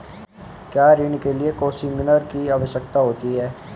क्या ऋण के लिए कोसिग्नर की आवश्यकता होती है?